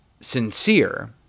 sincere